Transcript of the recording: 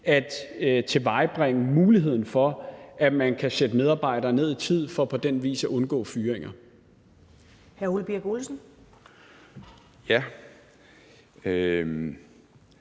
at tilvejebringe muligheden for, at man kan sætte medarbejdere ned i tid for på den vis at undgå fyringer.